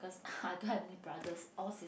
cause I don't have any brothers all